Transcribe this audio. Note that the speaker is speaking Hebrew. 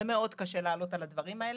זה מאוד קשה לעלות על הדברים האלה,